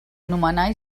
nomenar